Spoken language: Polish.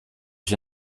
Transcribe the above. się